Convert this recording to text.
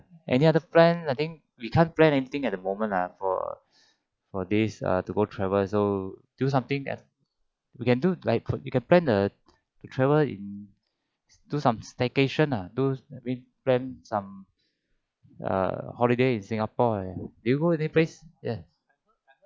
any other plan I think we can't plan anything at the moment lah for for days uh to go travel so do something that we can do like we can plan a to travel do some staycation ah do I mean plan some err holiday in singapore uh do you go any place yes